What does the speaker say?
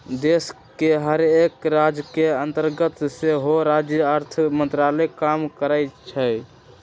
देश के हरेक राज के अंतर्गत सेहो राज्य अर्थ मंत्रालय काम करइ छै